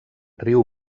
riu